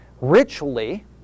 ritually